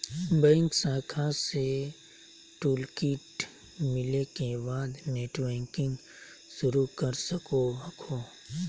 bank शाखा से toolkit मिले के बाद नेटबैंकिंग शुरू कर सको हखो